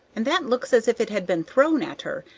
and that looks as if it had been thrown at her,